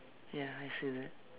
ya I see that